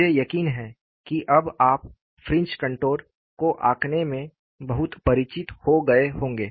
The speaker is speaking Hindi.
मुझे यकीन है कि अब आप फ्रिंज कन्ट्योर को आँकना में बहुत परिचित हो गए होंगे